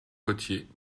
potier